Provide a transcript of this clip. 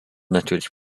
natürlich